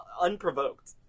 unprovoked